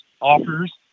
offers